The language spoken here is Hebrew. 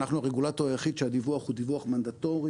אנחנו הרגולטור היחיד שהדיווח הוא דיווח מנדטורי.